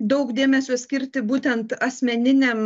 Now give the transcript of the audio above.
daug dėmesio skirti būtent asmeniniam